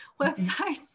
websites